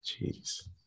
Jeez